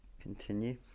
Continue